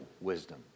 wisdom